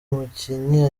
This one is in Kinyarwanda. mukinyi